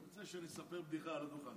הוא רוצה שאני אספר בדיחה על הדוכן.